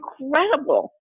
incredible